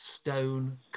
stone